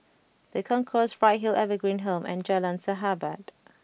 The Concourse Bright Hill Evergreen Home and Jalan Sahabat